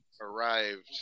arrived